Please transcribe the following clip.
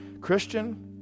Christian